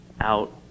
out